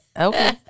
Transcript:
okay